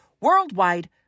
worldwide